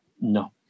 no